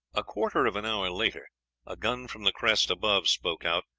a quarter of an hour later a gun from the crest above spoke out,